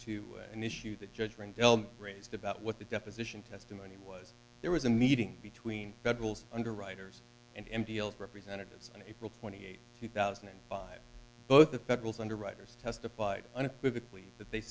to an issue that judgment bell raised about what the deposition testimony was there was a meeting between federals underwriters and m deal representatives on april twenty eighth two thousand and five both the federales underwriters testified unequivocal that they